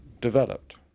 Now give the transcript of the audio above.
developed